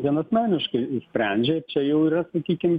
vienasmeniškai nusprendžia čia jau yra sakykim